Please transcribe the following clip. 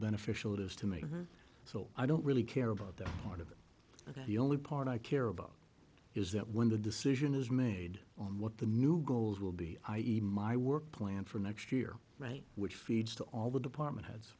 beneficial it is to make it so i don't really care about that part of it the only part i care about is that when the decision is made on what the new goals will be i e my work plan for next year right which feeds to all the department heads